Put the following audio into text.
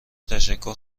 تشکر